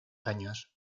años